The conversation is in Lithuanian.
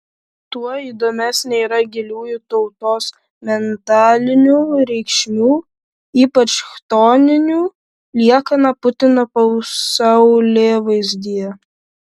tuo įdomesnė yra giliųjų tautos mentalinių reikšmių ypač chtoninių liekana putino pasaulėvaizdyje